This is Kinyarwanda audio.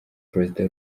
perezida